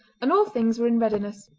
and all things were in readiness.